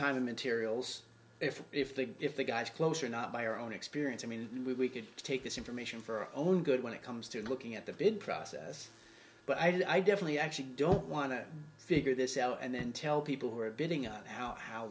time materials if if they if the guys close or not by our own experience i mean we could take this information for our own good when it comes to looking at the bid process but i definitely actually don't want to figure this out and then tell people who are bidding out how how